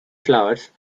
flowers